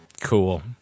Cool